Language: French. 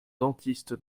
dentiste